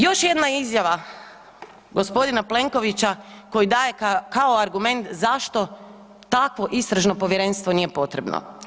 Još jedna izjava gospodina Plenkovića koju daje kao argument zašto takvo istražno povjerenstvo nije potrebno.